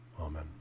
Amen